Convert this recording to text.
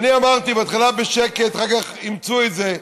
ואני אמרתי, בהתחלה בשקט, ואחר כך אימצו את זה: